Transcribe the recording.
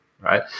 right